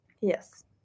Yes